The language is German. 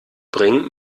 bringen